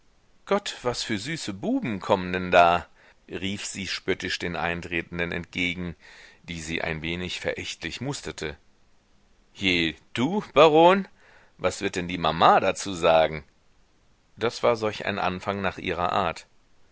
gott was für süße buben kommen denn da rief sie spöttisch den eintretenden entgegen die sie ein wenig verächtlich musterte je du baron was wird denn die mama dazu sagen das war solch ein anfang nach ihrer art